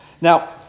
Now